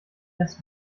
das